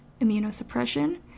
immunosuppression